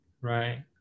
right